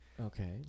okay